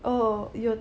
oh you